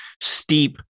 steep